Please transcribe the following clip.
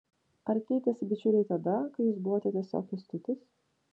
ar keitėsi bičiuliai tada kai jūs buvote tiesiog kęstutis